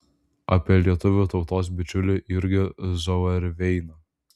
apie lietuvių tautos bičiulį jurgį zauerveiną